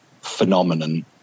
phenomenon